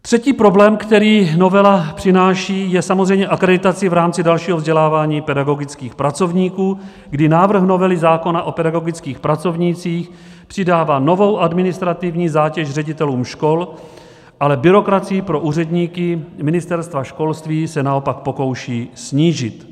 Třetí problém, který novela přináší, je samozřejmě akreditace v rámci dalšího vzdělávání pedagogických pracovníků, kdy návrh novely zákona o pedagogických pracovnících přidává novou administrativní zátěž ředitelům škol, ale byrokracii pro úředníky Ministerstva školství se naopak pokouší snížit.